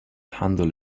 handle